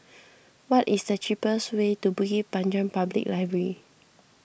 what is the cheapest way to Bukit Panjang Public Library